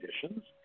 conditions